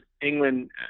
England